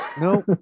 no